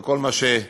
וכל מה שהתרחש,